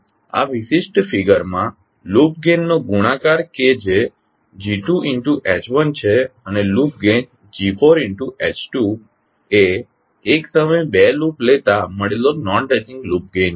તેથી આ વિશિષ્ટ ફિગરમાં લૂપ ગેઇનનો ગુણાકાર કે જે G2sH1 છે અને લૂપ ગેઇન G4sH2એ એક સમયે બે લૂપ લેતા મળેલો નોન ટચિંગ લૂપ ગેઇન છે